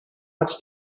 much